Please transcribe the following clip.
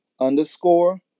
underscore